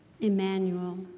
Emmanuel